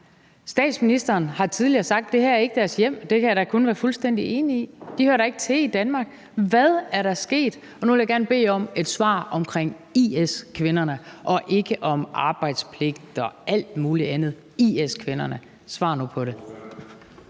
Statsministeren har tidligere sagt, at det her ikke er deres hjem, og det kan jeg da kun være fuldstændig enig i. De hører da ikke til i Danmark. Hvad er der sket? Og nu vil jeg gerne bede om et svar om IS-kvinderne og ikke om arbejdspligt og alt muligt andet. Det handler om IS-kvinderne. Svar nu på det.